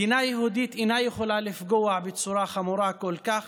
מדינה יהודית אינה יכולה לפגוע בצורה חמורה כל כך